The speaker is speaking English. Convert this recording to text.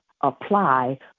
apply